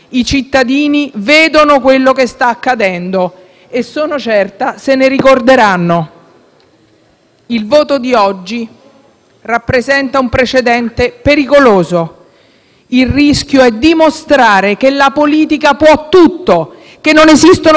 Il voto di oggi rappresenta un precedente pericoloso. Il rischio è dimostrare che la politica può tutto, che non esistono limiti al potere della maggioranza, che il Governo può infrangere a suo piacimento valori e principi costituzionali,